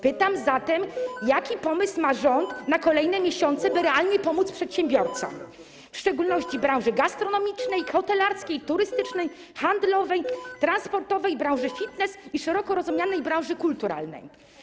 Pytam zatem, jaki pomysł ma rząd na kolejne miesiące, aby realnie pomóc przedsiębiorcom, w szczególności branży gastronomicznej, hotelarskiej, turystycznej, handlowej, transportowej, branży fitness i szeroko rozumianej branży kulturalnej.